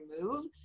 move